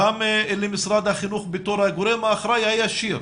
גם למשרד החינוך בתור הגורם האחראי הישיר